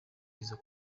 izo